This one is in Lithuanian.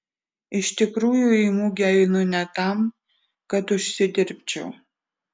iš tikrųjų į mugę einu ne tam kad užsidirbčiau